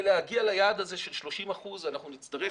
להגיע ליעד הזה של 30 אחוזים אנחנו נצטרך,